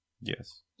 yes